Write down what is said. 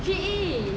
she is